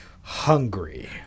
hungry